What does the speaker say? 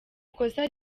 ikosa